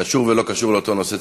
קשור ולא קשור לאותו נושא,